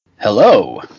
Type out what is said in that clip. Hello